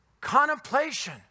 contemplation